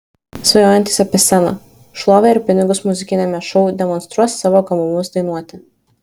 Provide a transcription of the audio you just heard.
svajojantys apie sceną šlovę ir pinigus muzikiniame šou demonstruos savo gabumus dainuoti